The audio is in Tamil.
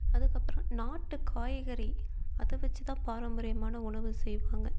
அதுக்கப்புறம் நாட்டு காய்கறி அதை வெச்சு தான் பாரம்பரியமான உணவு செய்வாங்க